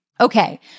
Okay